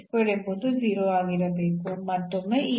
ಇದು 0 ಆಗಿರುತ್ತದೆ ಏಕೆಂದರೆ ಇಲ್ಲಿ ಇದೆ ಮತ್ತು ನಂತರ ಈ ಹಂತದಲ್ಲಿ ಮತ್ತೆ ಈ